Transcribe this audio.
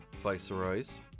viceroys